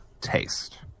taste